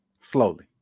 slowly